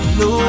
no